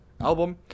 album